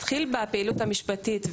אתחיל בפעילות המשפטית.